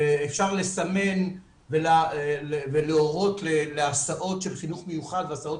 אפשר לסמן ולהורות להסעות של חינוך מיוחד והסעות